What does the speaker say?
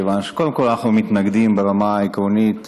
מכיוון שקודם כול אנחנו מתנגדים ברמה העקרונית